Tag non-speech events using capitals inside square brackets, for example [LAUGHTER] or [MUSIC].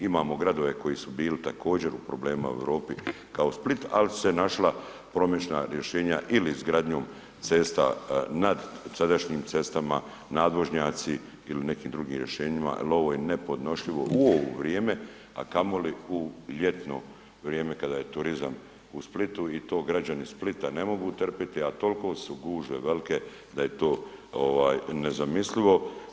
Imamo gradove koji su bili također u problemima u Europi kao Split ali su se našla ... [UNINTELLIGIBLE] rješenja ili izgradnjom cesta nad sadašnjim cestama, nadvožnjaci ili nekim drugim rješenjima jer ovo je nepodnošljivo u ovo vrijeme a kamoli u ljetno vrijeme kada je turizam u Splitu i to građani Splita ne mogu trpjeti a toliko su gužve velike da je to nezamislivo.